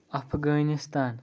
Afghanistan